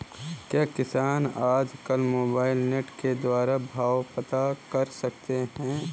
क्या किसान आज कल मोबाइल नेट के द्वारा भाव पता कर सकते हैं?